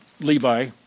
Levi